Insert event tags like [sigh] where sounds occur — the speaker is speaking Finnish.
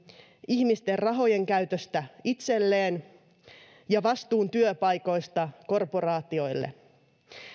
ihmisten rahojen käytöstä itselleen [unintelligible] ja vastuun työpaikoista korporaatioille [unintelligible]